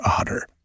otter